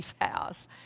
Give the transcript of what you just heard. house